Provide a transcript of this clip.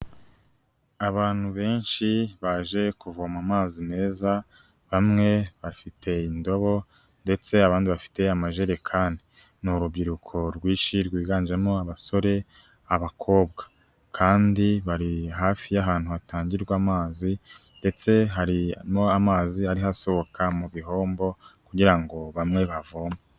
Abantu benshi baje kuvoma amazi meza, bamwe bafite indobo ndetse abandi bafite amajerekani, ni urubyiruko rwinshi rwiganjemo abasore, abakobwa kandi bari hafi y'ahantu hatangirwa amazi ndetse harimo amazi ariho asohoka mu bihombo kugira ngo bamwe bavome.